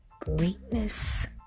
greatness